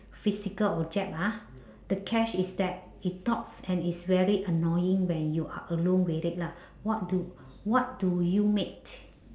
physical object ah the catch is that it talks and it's very annoying when you are alone with it lah what do what do you make